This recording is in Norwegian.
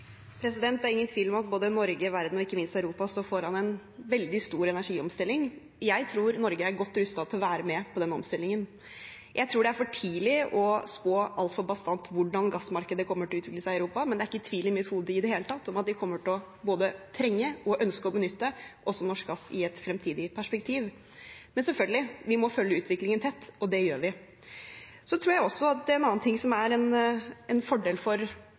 Det er ingen tvil om at både Norge, verden og ikke minst Europa står foran en veldig stor energiomstilling. Jeg tror Norge er godt rustet til å være med på den omstillingen. Jeg tror det er for tidlig å spå altfor bastant hvordan gassmarkedet kommer til å utvikle seg i Europa, men det er ikke tvil i mitt hode i det hele tatt om at de kommer til både å trenge og ønske å benytte også norsk gass i et fremtidig perspektiv. Men selvfølgelig, vi må følge utviklingen tett, og det gjør vi. En annen ting som er en fordel for den norske gassen, er at vi har en